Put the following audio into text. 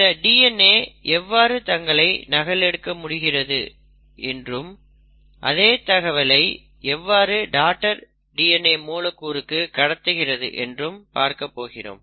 இந்த DNA எவ்வாறு தங்களை நகல் எடுக்க முடிகிறது என்றும் அதே தகவலை எவ்வாறு டாடர் DNA மூலக்கூறுக்கு கடத்துகிறது என்றும் பார்க்கப்போகிறோம்